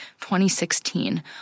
2016